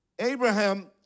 Abraham